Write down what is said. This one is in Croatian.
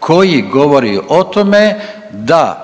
koji govori o tome da